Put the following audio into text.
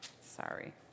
Sorry